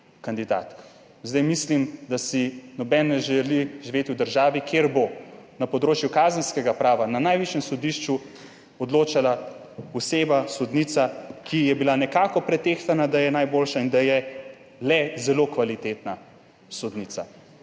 kandidatk. Mislim, da si noben ne želi živeti v državi, kjer bo na področju kazenskega prava na najvišjem sodišču odločala oseba, sodnica, ki je bila nekako pretehtana, da je najboljša in da je le zelo kvalitetna sodnica,